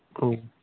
ᱳ